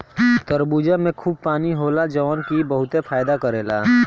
तरबूजा में खूब पानी होला जवन की बहुते फायदा करेला